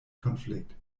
konflikt